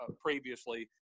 previously